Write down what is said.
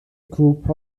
grŵp